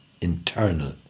internal